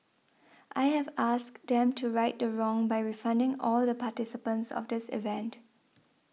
I have asked them to right the wrong by refunding all the participants of this event